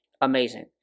amazing